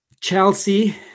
Chelsea